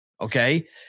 Okay